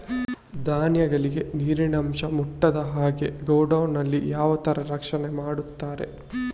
ಧಾನ್ಯಗಳಿಗೆ ನೀರಿನ ಅಂಶ ಮುಟ್ಟದ ಹಾಗೆ ಗೋಡೌನ್ ನಲ್ಲಿ ಯಾವ ತರ ರಕ್ಷಣೆ ಮಾಡ್ತಾರೆ?